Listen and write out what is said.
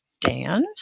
Dan